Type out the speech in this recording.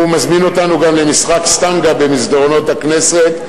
הוא מזמין אותנו גם למשחק סטנגה במסדרונות הכנסת,